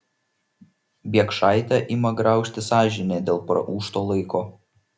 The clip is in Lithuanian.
biekšaitę ima graužti sąžinė dėl praūžto laiko